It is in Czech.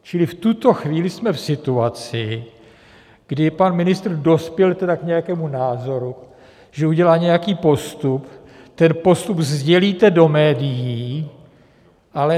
Čili v tuto chvíli jsme v situaci, kdy pan ministr dospěl tedy k nějakému názoru, že udělá nějaký postup, ten postup sdělíte do médií, ale ne nám.